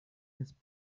his